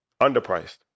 Underpriced